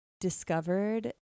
discovered